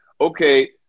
okay